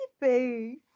baby